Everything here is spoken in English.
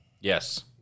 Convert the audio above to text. Yes